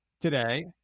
today